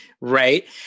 Right